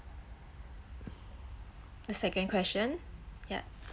the second question yup